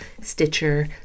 Stitcher